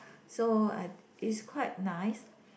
so I it's quite nice